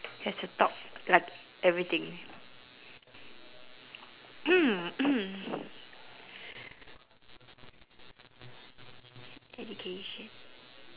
have to talk like everything education